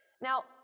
Now